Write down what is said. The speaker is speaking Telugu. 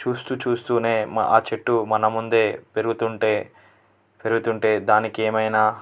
చూస్తు చూస్తూనే మా ఆ చెట్టు మన ముందే పెరుగుతుంటే పెరుగుతుంటే దానికి ఏమైన్నా